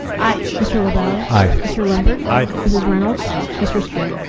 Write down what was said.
aye. mr. lavalley. aye. mr. lundberg. aye. mrs. reynolds. aye. mr. strebe.